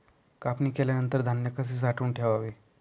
कापणी केल्यानंतर धान्य कसे साठवून ठेवावे?